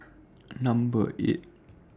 Number eight